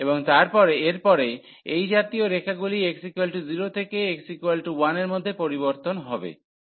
এবং এরপরে এই জাতীয় রেখাগুলি x0 থেকে x1 এর মধ্যে পরিবর্তন হবে